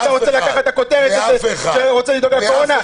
אתה רוצה לקחת את הכותרת, רוצה לדבר קורונה.